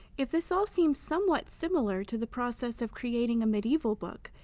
if this all seems somewhat similar to the process of creating a medieval book,